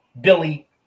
Billy